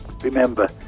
Remember